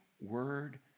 word